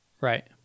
Right